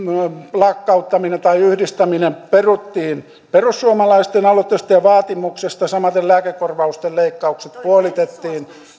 lakkauttaminen tai yhdistäminen peruttiin perussuomalaisten aloitteesta ja vaatimuksesta samaten lääkekorvausten leik kaukset puolitettiin